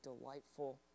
delightful